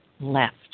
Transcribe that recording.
left